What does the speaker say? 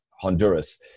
Honduras